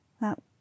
That